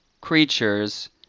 creatures